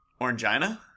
Orangina